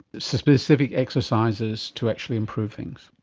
specific exercises to actually improve things?